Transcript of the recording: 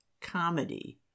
comedy